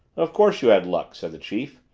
of course you had luck, said the chief.